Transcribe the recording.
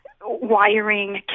wiring